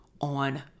on